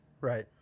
right